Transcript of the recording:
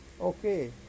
Okay